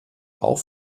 auch